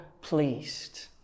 pleased